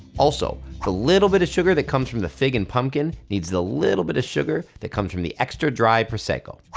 also, the little bit of sugar that comes from the fig and pumpkin needs the little bit of sugar that comes from the extra dry prosecco.